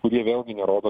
kurie vėlgi nerodo